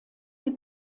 die